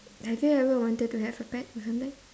have you ever wanted to have a pet or something